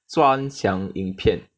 专享影片